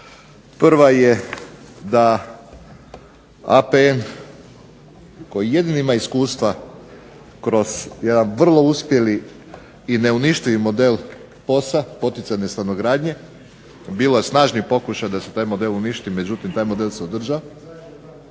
Prva je da APN koji jedini ima iskustva kroz jedan vrlo uspjeli i neuništivi model POS-a, poticajne stanogradnje, bilo snažni pokušaj da se taj model uništi, međutim taj model se održao,